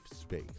space